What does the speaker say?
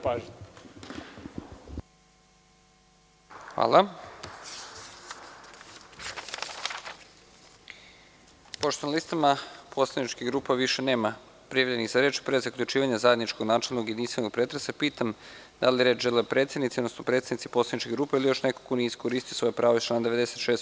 Pošto na listama poslaničkih grupa više nema prijavljenih za reč, pre zaključivanja zajedničkog načelnog i jedinstvenog pretresa, pitam da li žele reč predsednici, odnosno predstavnici poslaničkih grupa ili još neko ko nije iskoristio svoje pravo iz člana 69.